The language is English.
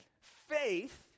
Faith